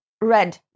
red